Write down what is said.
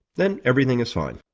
then everything is fine.